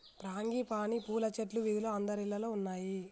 frangipani పూల చెట్లు వీధిలో అందరిల్లల్లో ఉన్నాయి